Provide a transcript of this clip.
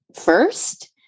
first